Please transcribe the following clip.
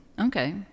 okay